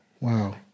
Wow